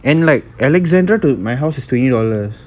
and like alexandra to my house is twenty dollars